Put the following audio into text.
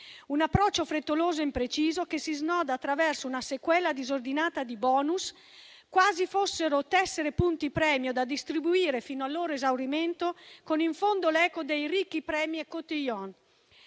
un approccio frettoloso e impreciso, che si snoda attraverso una sequela disordinata di *bonus*, quasi fossero tessere a punti premio da distribuire, fino al loro esaurimento, con in fondo l'eco di ricchi premi e *cotillon*: